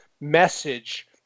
message